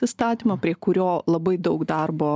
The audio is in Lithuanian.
įstatymą prie kurio labai daug darbo